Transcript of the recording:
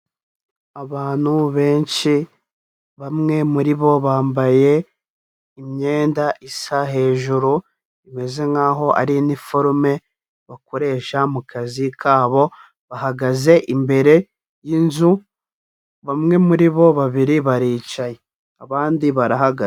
Abantu benshi, bamwe muri bo bambaye imyenda isa hejuru imeze nkaho ari iniforome bakoresha mu kazi kabo, bahagaze imbere y'inzu, bamwe muri bo babiri baricaye, abandi barahagaze.